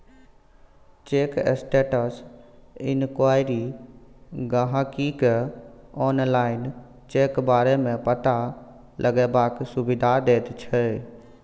cheque status enquiry गाहिंकी केँ online check बारे मे पता लगेबाक सुविधा दैत छै